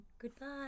Goodbye